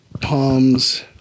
palms